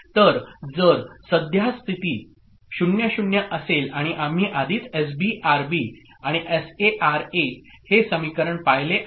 तर जर सद्य स्थिती 0 0 असेल आणि आम्ही आधीच एसबी आरबी आणि एसए आरए हे समीकरण पाहिले आहे